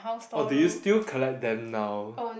oh do you still collect them now